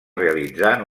realitzar